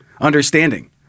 understanding